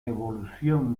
evolución